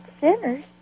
sinners